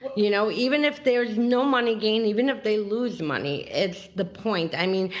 you know, even if there's no money gain, even if they lose money, it's the point. i mean,